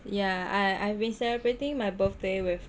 yah I I've been celebrating my birthday with